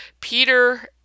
Peter